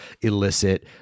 illicit